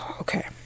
Okay